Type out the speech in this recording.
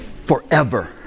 forever